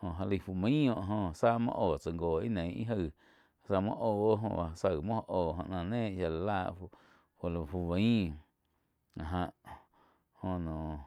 jóh já laí fu main joh záh muo óh tsá go íh nei jaih zá muo óh hó jo zá gi muo óh hó oh náh néh shía lá lah fu, fu laig fu bain áh já joh noh.